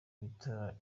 ibitaro